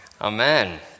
Amen